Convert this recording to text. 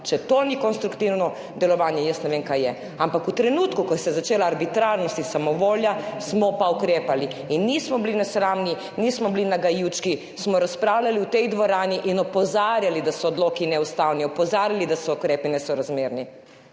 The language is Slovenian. Če to ni konstruktivno delovanje, jaz ne vem, kaj je. Ampak v trenutku, ko sta se začeli arbitrarnost in samovolja, smo pa ukrepali. Nismo bili nesramni, nismo bili nagajivčki, razpravljali smo v tej dvorani in opozarjali, da so odloki neustavni, opozarjali, da so ukrepi nesorazmerni.